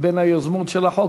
שהיא בין היוזמים של החוק,